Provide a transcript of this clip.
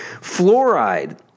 Fluoride